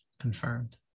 confirmed